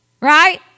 Right